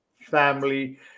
family